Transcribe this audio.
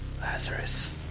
Lazarus